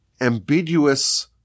ambiguous